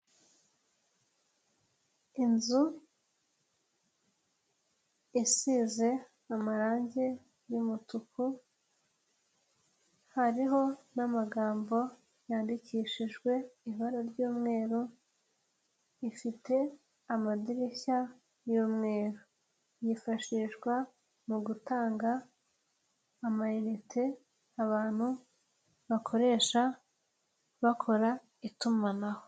Inzu isize amarangi y'umutuku, hariho n'amagambo yandikishijwe ibara ry'umweru, ifite amadirishya y'umweru. Yifashishwa mu gutanga amayinite abantu bakoresha bakora itumanaho.